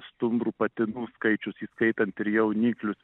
stumbrų patinų skaičius įskaitant ir jauniklius